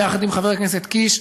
ביחד עם חבר הכנסת קיש,